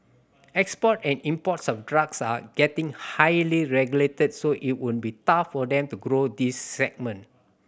export and imports of drugs are getting highly regulated so it would be tough for them to grow this segment